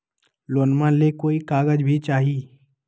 लोनमा ले कोई कागज भी चाही?